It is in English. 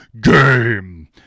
Game